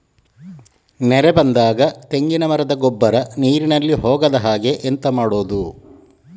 ನೆರೆ ಬಂದಾಗ ತೆಂಗಿನ ಮರದ ಗೊಬ್ಬರ ನೀರಿನಲ್ಲಿ ಹೋಗದ ಹಾಗೆ ಎಂತ ಮಾಡೋದು?